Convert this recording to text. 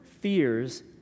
fears